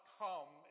come